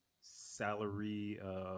salary